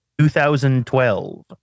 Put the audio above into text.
2012